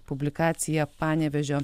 publikacija panevėžio